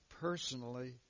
Personally